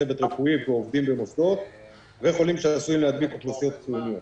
צוות רפואי ועובדים במוסדות; וחולים שעשויים להדביק אוכלוסיות חיוניות.